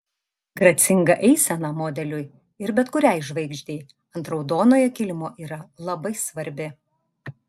gracinga eisena modeliui ir bet kuriai žvaigždei ant raudonojo kilimo yra labai svarbi